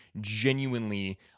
genuinely